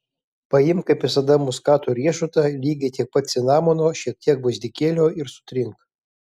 paimk kaip visada muskato riešutą lygiai tiek pat cinamono šiek tiek gvazdikėlio ir sutrink